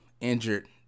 injured